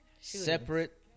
separate